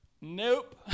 Nope